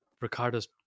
Ricardo's